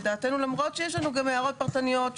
למרות שיש לנו הערות פרטניות,